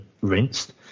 rinsed